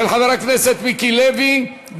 של חבר הכנסת מיקי לוי.